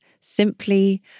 Simply